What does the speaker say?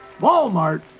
Walmart